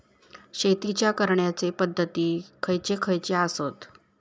शेतीच्या करण्याचे पध्दती खैचे खैचे आसत?